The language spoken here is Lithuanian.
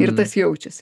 ir tas jaučiasi